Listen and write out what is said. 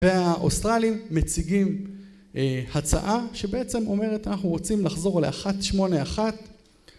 והאוסטרלים מציגים הצעה שבעצם אומרת אנחנו רוצים לחזור לאחת שמונה אחת